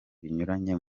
binyuranye